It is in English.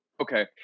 Okay